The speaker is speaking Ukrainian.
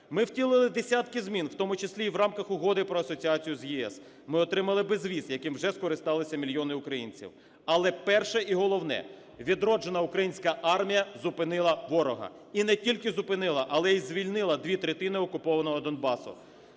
Ми втілили десятки змін, в тому числі і в рамках Угоди про асоціацію з ЄС. Ми отримали безвіз, яким вже скористалися мільйони українців. Але перше, і головне: відроджена українська армія зупинила ворога і не тільки зупинила, але і звільнила дві третини окупованого Донбасу.